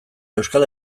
euskal